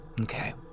Okay